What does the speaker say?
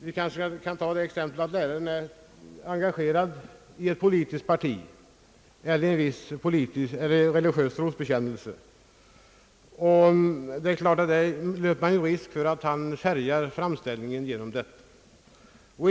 Vi kanske kan ta det exemplet att läraren är engagerad i ett politiskt parti eller i en religiös trosbekännelse. Detta kan naturligtvis färga hans framställning.